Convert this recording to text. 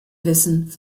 wissen